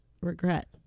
regret